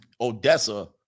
Odessa